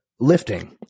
lifting